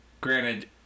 granted